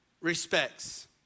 respects